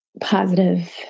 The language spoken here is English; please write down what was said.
positive